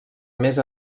més